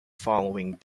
following